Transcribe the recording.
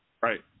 Right